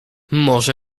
może